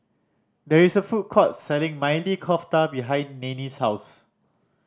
there is a food court selling Maili Kofta behind Neenie's house